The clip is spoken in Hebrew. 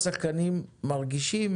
מרגישים